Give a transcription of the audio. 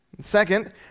second